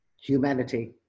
humanity